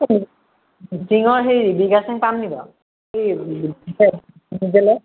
মিচিঙৰ সেই ৰিবি গাচেং পাম নেকি বাৰু সেই